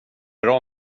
bra